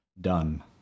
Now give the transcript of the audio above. done